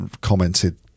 commented